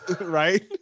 Right